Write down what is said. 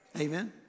Amen